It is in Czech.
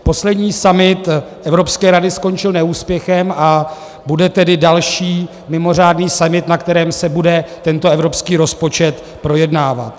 Poslední summit Evropské rady skončil neúspěchem, a bude tedy další mimořádný summit, na kterém se bude tento evropský rozpočet projednávat.